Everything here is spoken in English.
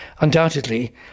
Undoubtedly